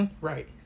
right